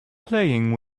playing